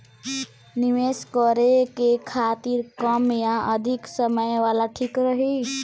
निवेश करें के खातिर कम या अधिक समय वाला ठीक रही?